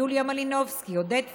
יוליה מלינובסקי, עודד פורר,